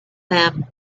them